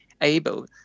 able